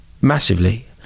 massively